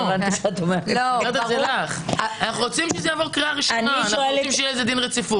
אנחנו רוצים שיהיה על זה דין רציפות.